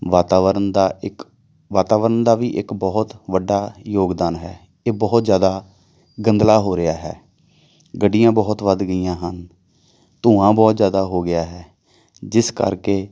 ਵਾਤਾਵਰਨ ਦਾ ਇੱਕ ਵਾਤਾਵਰਨ ਦਾ ਵੀ ਇੱਕ ਬਹੁਤ ਵੱਡਾ ਯੋਗਦਾਨ ਹੈ ਇਹ ਬਹੁਤ ਜ਼ਿਆਦਾ ਗੰਦਲਾ ਹੋ ਰਿਹਾ ਹੈ ਗੱਡੀਆਂ ਬਹੁਤ ਵੱਧ ਗਈਆਂ ਹਨ ਧੂੰਆਂ ਬਹੁਤ ਜ਼ਿਆਦਾ ਹੋ ਗਿਆ ਹੈ ਜਿਸ ਕਰਕੇ